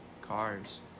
cars